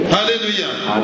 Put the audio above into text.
Hallelujah